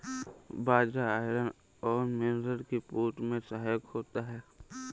बाजरा iron और mineral की पूर्ति में सहायक होता है